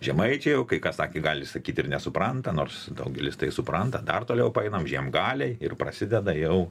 žemaičiai o kai kas sakė gali sakyt ir nesupranta nors daugelis tai supranta dar toliau paeinam žiemgaliai ir prasideda jau